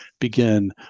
begin